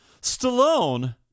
Stallone